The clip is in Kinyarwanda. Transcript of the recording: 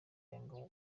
yanga